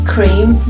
Cream